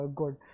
good